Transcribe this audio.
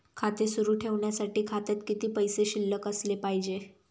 खाते सुरु ठेवण्यासाठी खात्यात किती पैसे शिल्लक असले पाहिजे?